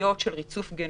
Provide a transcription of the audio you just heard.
ושיטתיות של ריצוף גנומי.